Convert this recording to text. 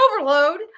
Overload